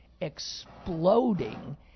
exploding